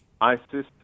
ISIS